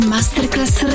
Masterclass